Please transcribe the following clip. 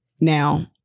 Now